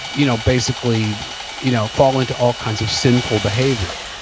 you know basically you know fall into all kinds of sinful behavior,